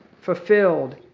fulfilled